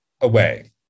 away